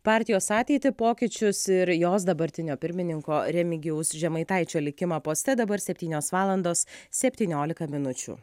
partijos ateitį pokyčius ir jos dabartinio pirmininko remigijaus žemaitaičio likimą poste dabar septynios valandos septyniolika minučių